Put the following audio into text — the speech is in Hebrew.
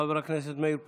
חבר הכנסת מאיר פרוש.